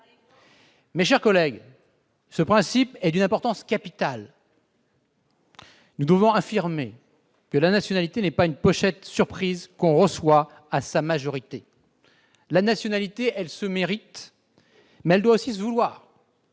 Mes chers collègues, ce principe est d'une importance capitale. Nous devons affirmer que la nationalité n'est pas une pochette-surprise que l'on reçoit à sa majorité ! La nationalité se mérite, mais elle doit aussi se vouloir.